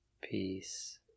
peace